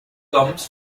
comes